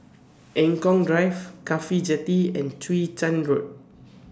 Eng Kong Drive Cafhi Jetty and Chwee Chian Road